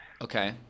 Okay